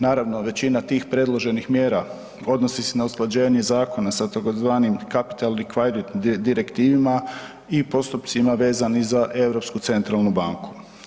Naravno većina tih predloženih mjera odnosi se na usklađenje zakona sa tzv. kapitalni kvajrit direktivima i postupcima vezani za Europsku centralnu banku.